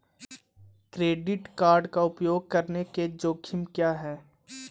Credit card का उपयोग करने के जोखिम क्या हैं?